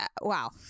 wow